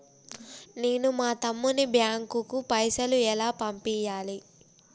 నేను మా తమ్ముని బ్యాంకుకు పైసలు ఎలా పంపియ్యాలి?